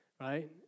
right